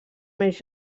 més